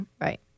right